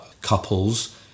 couples